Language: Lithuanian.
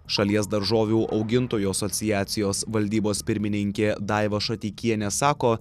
šalies daržovių augintojų asociacijos valdybos pirmininkė daiva šateikienė sako